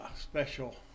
special